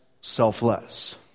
selfless